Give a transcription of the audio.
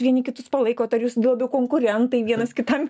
vieni kitus palaikot ar jūs labiau konkurentai vienas kitam